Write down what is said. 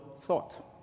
thought